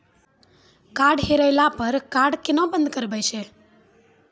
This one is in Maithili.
कार्ड हेरैला पर कार्ड केना बंद करबै छै?